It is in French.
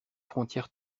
frontière